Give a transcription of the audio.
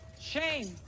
shame